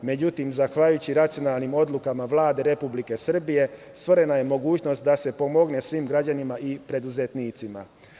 Međutim, zahvaljujući racionalnim odlukama Vlade Republike Srbije, stvorena je mogućnost da se pomogne svim građanima i preduzetnicima.